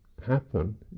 happen